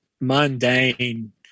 mundane